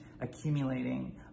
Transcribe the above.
accumulating